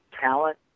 talent